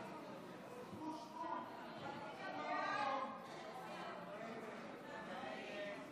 כבוד היושב-ראש, כנסת נכבדה,